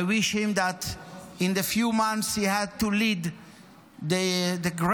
I wish him that in the few months he has to lead the great